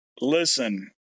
listen